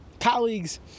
colleagues